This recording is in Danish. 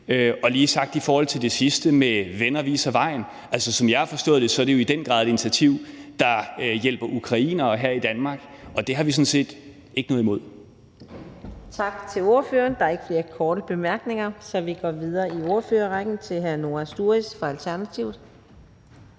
Og lige i forhold til det sidste med »Venner Viser Vej« vil jeg sige, at som jeg har forstået det, er det jo i den grad et initiativ, der hjælper ukrainere her i Danmark, og det har vi sådan set ikke noget imod. Kl. 13:37 Fjerde næstformand (Karina Adsbøl): Tak til ordføreren. Der er ikke flere korte bemærkninger. Så vi går videre i ordførerrækken til hr. Noah Sturis fra Alternativet.